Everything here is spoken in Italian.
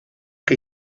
che